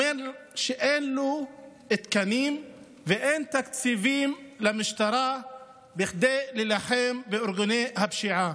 אומר שאין לו תקנים ואין תקציבים למשטרה כדי להילחם בארגוני הפשיעה.